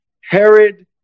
Herod